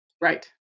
Right